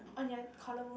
on your collarbone